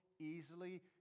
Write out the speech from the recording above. easily